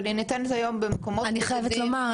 אבל היא ניתנת היום במקומות --- אני חייבת לומר,